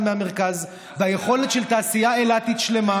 מהמרכז והיכולת של תעשייה אילתית שלמה,